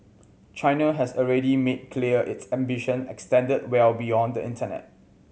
China has already made clear its ambition extend well beyond the internet